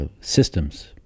Systems